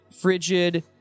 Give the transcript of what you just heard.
frigid